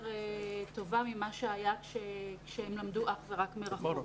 טובה ממה שהיה כשהם למדו אך ורק מרחוק.